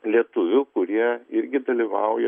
lietuvių kurie irgi dalyvauja